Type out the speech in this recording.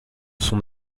son